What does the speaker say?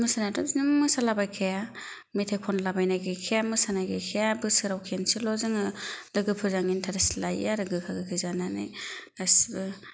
मोसानायाथ' बिदिनो मोसाला बायखाया मेथाय खनला बायनाय गैखाया मोसानाय गैखाया बोसोराव खनसेल' जोङो लागोफोरजों इनटारेस्ट लायो आरो गोखा गोखै जानानै गासिबो